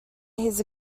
his